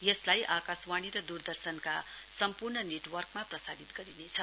यसलाई आकाशवाणी र दूरदर्शनका सम्पूर्ण नेटवर्कमा प्रसारित गरिनेछ